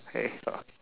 okay not